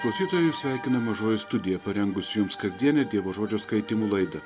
klausytojai jus sveikina mažoji studija parengusi jums kasdienę dievo žodžio skaitymų laidą